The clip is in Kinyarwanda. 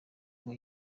ngo